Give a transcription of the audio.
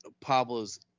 Pablo's